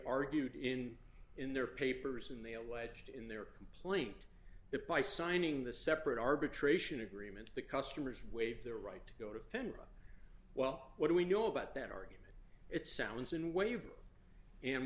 argued in in their papers in the away in their complaint that by signing the separate arbitration agreement the customers waive their right to go to federal well what do we know about that argument it sounds in waiver and